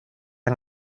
han